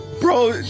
Bro